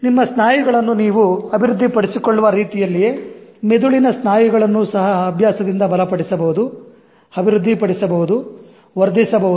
ನಿಮ್ಮ ಸ್ನಾಯುಗಳನ್ನು ನೀವು ಅಭಿವೃದ್ಧಿ ಪಡಿಸಿಕೊಳ್ಳುವ ರೀತಿಯಲ್ಲಿಯೇ ಮೆದುಳಿನ ಸ್ನಾಯುಗಳನ್ನು ಸಹ ಅಭ್ಯಾಸದಿಂದ ಬಲಪಡಿಸಬಹುದು ಅಭಿವೃದ್ಧಿಪಡಿಸಬಹುದು ವರ್ಧಿಸಬಹುದು